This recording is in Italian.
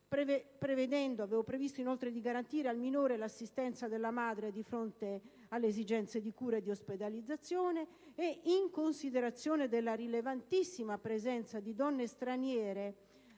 Avevo inoltre previsto di garantire al minore l'assistenza della madre di fronte all'esigenza di cure e di ospedalizzazione e, in considerazione della rilevantissima presenza di donne straniere,